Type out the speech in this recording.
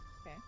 Okay